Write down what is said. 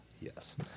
yes